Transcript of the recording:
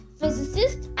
physicist